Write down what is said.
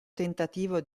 tentativo